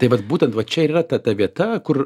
tai vat būtent va čia ir yra ta ta vieta kur